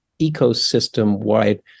ecosystem-wide